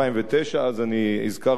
אז אני הזכרתי אותו באמת,